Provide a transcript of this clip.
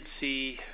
see